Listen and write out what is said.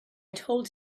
told